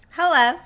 hello